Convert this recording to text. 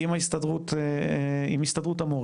עם הסתדרות המורים,